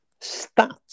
stats